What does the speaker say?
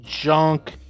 junk